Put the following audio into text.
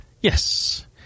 Yes